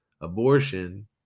abortion